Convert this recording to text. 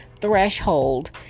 threshold